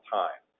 time